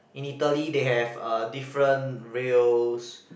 in Italy they have uh different rails